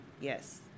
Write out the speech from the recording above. yes